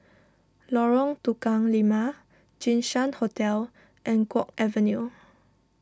Lorong Tukang Lima Jinshan Hotel and Guok Avenue